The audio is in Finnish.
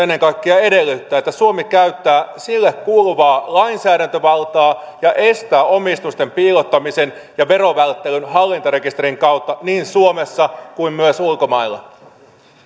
ennen kaikkea eduskunnan enemmistö edellyttää että suomi käyttää sille kuuluvaa lainsäädäntövaltaa ja estää omistusten piilottamisen ja verovälttelyn hallintarekisterin kautta niin suomessa kuin ulkomailla